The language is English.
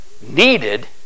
needed